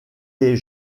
les